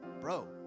bro